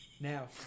Now